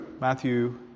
Matthew